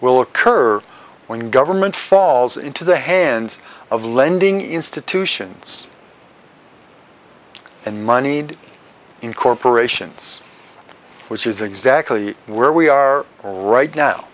will occur when government falls into the hands of lending institutions and moneyed in corporations which is exactly where we are right now